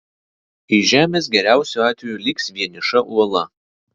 iš žemės geriausiu atveju liks vieniša uola